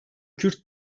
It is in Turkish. kürt